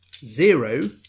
Zero